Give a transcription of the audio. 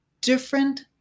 different